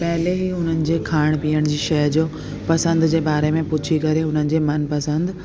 पहले ही हुननि जी खाइण पीअण जी शइ जो पसंदि जे बारे में पुछी करे उन्हनि जी मनपसंदि